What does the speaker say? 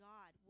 God